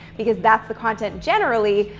because that's the content, generally,